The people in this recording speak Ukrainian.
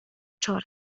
чорне